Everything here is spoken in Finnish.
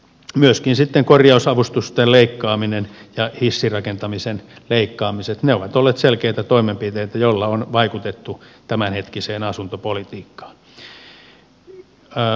myöskin sitten korjausavustusten leikkaaminen ja hissirakentamisen leikkaamiset ovat olleet selkeitä toimenpiteitä joilla on vaikutettu tämänhetkiseen asuntopolitiikkaan